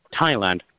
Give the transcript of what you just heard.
Thailand